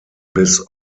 bis